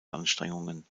anstrengungen